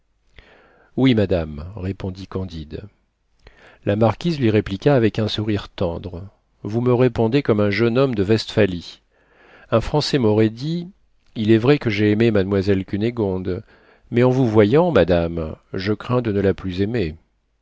oui madame répondit candide la marquise lui répliqua avec un souris tendre vous me répondez comme un jeune homme de vestphalie un français m'aurait dit il est vrai que j'ai aimé mademoiselle cunégonde mais en vous voyant madame je crains de ne la plus aimer